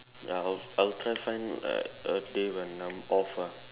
ya I'll I'll try to find like a day when I'm off ah